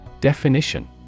Definition